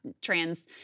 trans